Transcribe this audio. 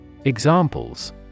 Examples